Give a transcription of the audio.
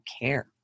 care